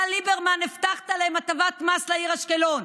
אתה, ליברמן, הבטחת הטבת מס לעיר אשקלון,